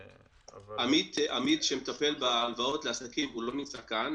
עמית, שמטפל בהלוואות לעסקים לא נמצא כאן.